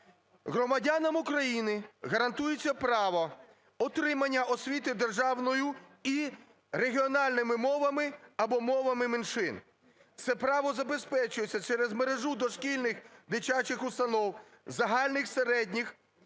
"Громадянам України гарантується право отримання освіти державною і регіональними мовами або мовами меншин. Це право забезпечується через мережу дошкільних дитячих установ, загальних середніх,